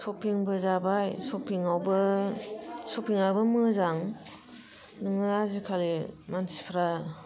सफिंबो जाबाय सफिंआवबो सफिंआबो मोजां नोङो आजिखालि मानसिफ्रा